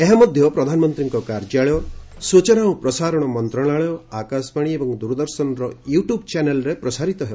ଏହା ମଧ୍ୟ ପ୍ରଧାନମନ୍ତ୍ରୀଙ୍କ କାର୍ଯ୍ୟାଳୟ ସୂଚନା ଓ ପ୍ରସାରଣ ମନ୍ତ୍ରଣାଳୟ ଆକାଶବାଣୀ ଏବଂ ଦୂରଦର୍ଶନର ୟୁଟୁବ୍ ଚ୍ୟାନେଲ୍ରେ ପ୍ରସାରିତ ହେବ